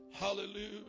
Hallelujah